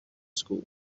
school